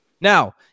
Now